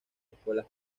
escuelas